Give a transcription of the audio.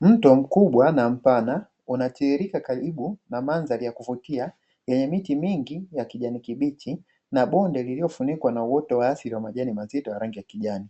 Mto mkubwa na mpana unatiririka karibu na mandhari ya kuvutia, yenye miti mingi ya kijani kibichi, na bonde lililofunikwa na uoto wa asili wa majani mazito ya rangi ya kijani,